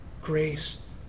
grace